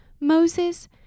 Moses